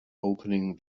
opening